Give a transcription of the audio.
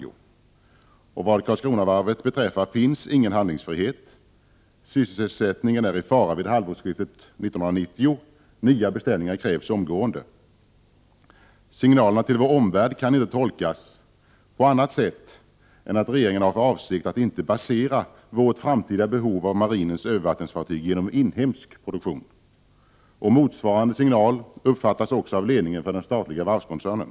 Vad beträffar Karlskronavarvet finns det ingen handlingsfrihet. Sysselsättningen är i fara vid halvårsskiftet år 1990, och nya beställningar krävs omedelbart. Signalerna till vår omvärld kan inte tolkas på annat sätt än att regeringen har för avsikt att inte basera vårt framtida behov av övervattens fartyg inom marinen på inhemsk produktion. Motsvarande signal kan också uppfattas av ledningen för den statliga varvskoncernen.